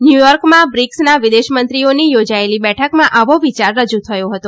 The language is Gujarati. ન્યુયોર્કમાં બ્રિક્સના વિદેશમંત્રીઓની યોજાયેલી બેઠકમાં આવો વિયાર રજુ થયો હતો